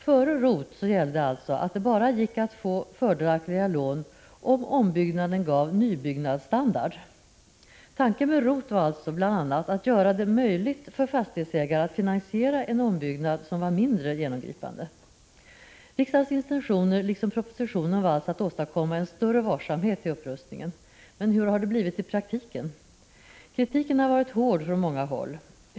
Före ROT gällde att det bara gick att få fördelaktiga lån, om ombyggnaden gav nybyggnadsstandard. Tanken med ROT var alltså bl.a. att göra det möjligt för fastighetsägare att finansiera en ombyggnad som var mindre genomgripande. Riksdagens intentioner, liksom propositionens, var alltså att åstadkomma en större varsamhet i upprustningen. Men hur har det blivit i praktiken? Kritiken har varit hård från många håll.